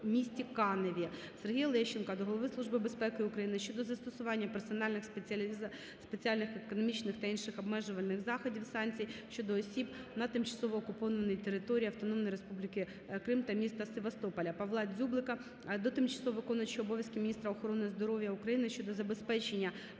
Сергія Лещенка до голови Служби безпеки України щодо застосування персональних спеціальних економічних та інших обмежувальних заходів (санкцій) щодо осіб на тимчасово окупованій території Автономної Республіки Крим та міста Севастополя. Павла Дзюблика до тимчасово виконуючої обов'язки Міністра охорони здоров'я України щодо забезпечення